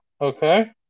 Okay